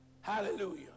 Hallelujah